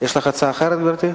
יש לך הצעה אחרת, גברתי?